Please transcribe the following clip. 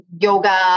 yoga